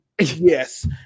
yes